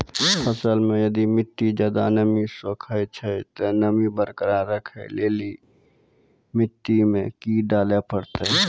फसल मे यदि मिट्टी ज्यादा नमी सोखे छै ते नमी बरकरार रखे लेली मिट्टी मे की डाले परतै?